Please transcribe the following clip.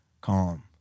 calm